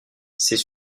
ses